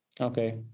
Okay